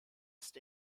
ist